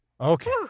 Okay